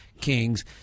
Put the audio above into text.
Kings